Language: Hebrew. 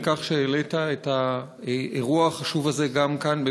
על כך שהעלית את האירוע החשוב הזה גם כאן,